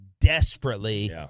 desperately